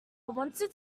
wanted